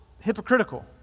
hypocritical